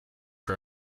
for